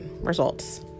results